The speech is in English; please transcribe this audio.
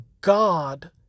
God